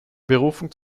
berufung